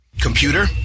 Computer